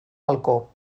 balcó